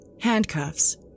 handcuffs